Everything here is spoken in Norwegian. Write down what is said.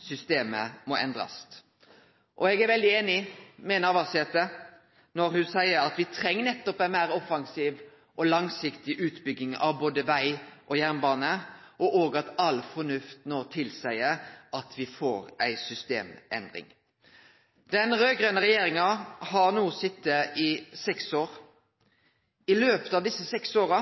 systemet må endrast.» Eg er veldig einig med Navarsete når ho seier at me treng nettopp ei meir offensiv og langsiktig utbygging av både veg og jernbane, og òg i at all fornuft no tilseier at me får ei systemendring. Den raud-grøne regjeringa har no sete i seks år. I løpet av dei seks åra